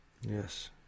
Yes